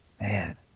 Man